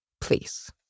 please